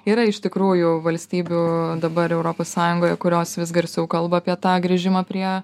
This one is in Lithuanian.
yra iš tikrųjų valstybių dabar europos sąjungoje kurios vis garsiau kalba apie tą grįžimą prie